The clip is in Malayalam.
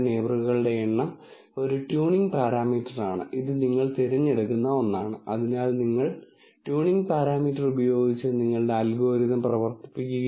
വർഗ്ഗീകരണത്തിനായി ഒരു ലീനിയർ സമവാക്യമാണ് ഡിസിഷൻ ഫങ്ക്ഷൻ ആയി വരുന്നതെങ്കിൽ അത്തരം വർഗ്ഗീകരണങ്ങളെ ലീനിയർ ക്ലാസിഫിക്കേഷൻ പ്രോബ്ളങ്ങൾ എന്ന് വിളിക്കുന്നു